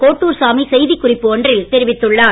கோட்டூர் சாமி செய்திக்குறிப்பு ஒன்றில் தெரிவித்துள்ளார்